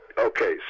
Okay